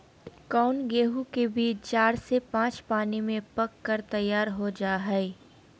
कौन गेंहू के बीज चार से पाँच पानी में पक कर तैयार हो जा हाय?